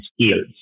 skills